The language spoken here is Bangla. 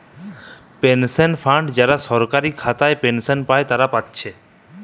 পেনশন ফান্ড যারা সরকারি খাতায় পেনশন পাই তারা পাতিছে